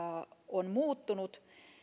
on muuttunut